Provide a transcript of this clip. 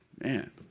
Man